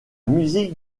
musique